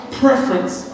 preference